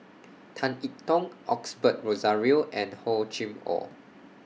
Tan I Tong Osbert Rozario and Hor Chim Or